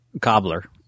cobbler